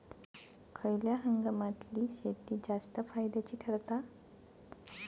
खयल्या हंगामातली शेती जास्त फायद्याची ठरता?